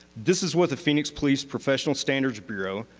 this is what the phoenix police professional standards bureau,